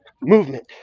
movement